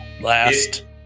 last